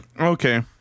Okay